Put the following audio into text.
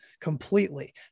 completely